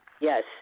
Yes